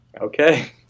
okay